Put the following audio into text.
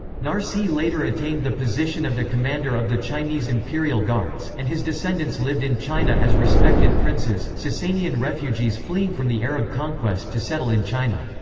narsieh later attained the position of a commander of the chinese imperial guards, and his descendants lived in china as respected princes, sassanian refugees fleeing from the arab conquest to settle in china.